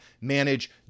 manage